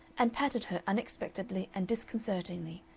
and patted her unexpectedly and disconcertingly,